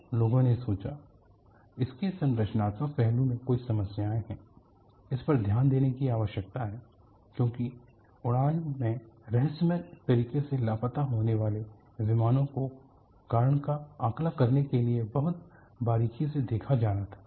तो लोगों ने सोचा इसके संरचनात्मक पहलू में कुछ समस्याएं हैं इस पर ध्यान देने की आवश्यकता है क्योंकि उड़ान में रहस्यमय तरीके से लापता होने वाले विमानों को कारण का आकलन करने के लिए बहुत बारीकी से देखा जाना था